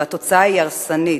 והתוצאה היא הרסנית.